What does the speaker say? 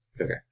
Okay